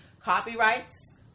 copyrights